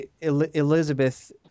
Elizabeth